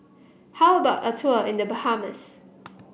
how about a tour in The Bahamas